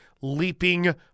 Leaping